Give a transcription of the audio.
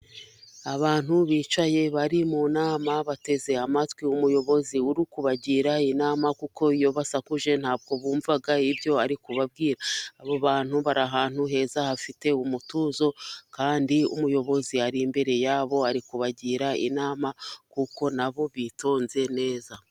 Abantu bicaye bari mu nama, bateze amatwi umuyobozi uri kubagira inama, kuko iyo basakuje ntabwo bumva ibyo ari kubabwira. Abo bantu bari ahantu heza hafite umutuzo, kandi umuyobozi ari imbere yabo, ari kubagira inama kuko nabo bitonze neza.